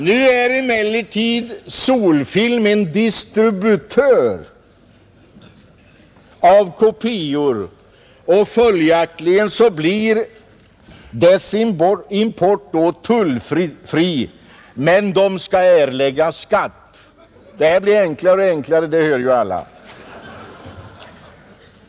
Nu är emellertid Sol-Film en distributör av kopior, och följaktligen blir dess import tullfri, men företaget skall erlägga skatt. Det här blir enklare och enklare, som alla hör.